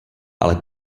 ale